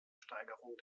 steigerung